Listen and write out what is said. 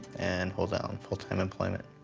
and hold down full time employment.